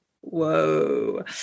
whoa